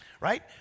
right